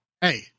hey